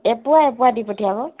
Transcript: এপোৱা এপোৱা দি পঠিয়াব